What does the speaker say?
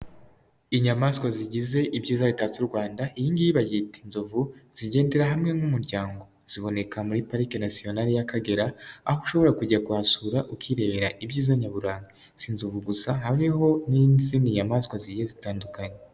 Inyamaswa zigize ibyiza bitatse u Rwanda, iyi ngiyi bayita inzovu, zigendera hamwe nk'umuryango, ziboneka muri parike nasiyonari y'Akagera, aho ushobora kujya kuhasura ukirebera ibyiza nyaburanga, si inzovu gusa habeho n'izindi nyamaswa zigiye zitandukanye.